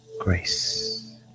grace